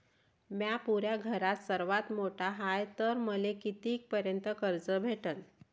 म्या पुऱ्या घरात सर्वांत मोठा हाय तर मले किती पर्यंत कर्ज भेटन?